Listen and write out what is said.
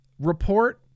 report